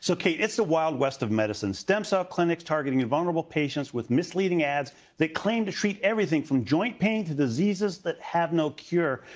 so kate, it's a wild west of medicine. stem cell clinics targeting vulnerable patients with misleading ads that claim to treat everything from joint pain to diseases that have no cure.